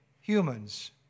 humans